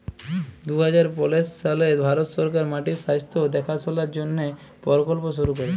দু হাজার পলের সালে ভারত সরকার মাটির স্বাস্থ্য দ্যাখাশলার জ্যনহে পরকল্প শুরু ক্যরে